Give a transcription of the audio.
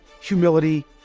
humility